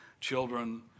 children